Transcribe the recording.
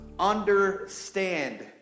understand